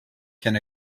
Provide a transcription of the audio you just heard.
can